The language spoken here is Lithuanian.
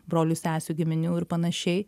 brolių sesių giminių ir panašiai